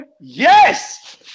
yes